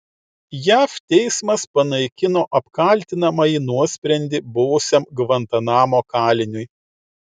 jav teismas panaikino apkaltinamąjį nuosprendį buvusiam gvantanamo kaliniui